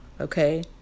okay